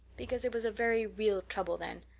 because it was a very real trouble then.